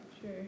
Sure